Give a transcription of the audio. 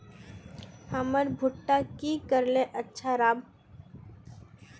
हमर भुट्टा की करले अच्छा राब?